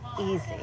easy